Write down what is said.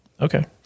Okay